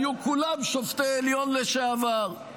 היו כולם שופטי עליון לשעבר,